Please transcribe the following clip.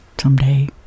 someday